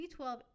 B12